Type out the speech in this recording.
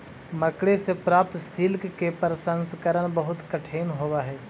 मकड़ि से प्राप्त सिल्क के प्रसंस्करण बहुत कठिन होवऽ हई